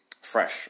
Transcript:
fresh